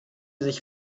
sich